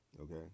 okay